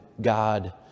God